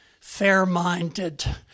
fair-minded